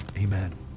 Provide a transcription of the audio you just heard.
Amen